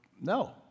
no